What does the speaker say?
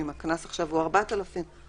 אם הקנס הוא 4,000 עכשיו,